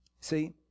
see